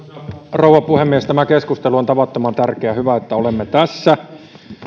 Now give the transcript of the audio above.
rouva puhemies tämä keskustelu on tavattoman tärkeä hyvä että olemme tässä